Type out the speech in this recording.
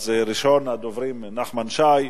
אז ראשון הדוברים, נחמן שי,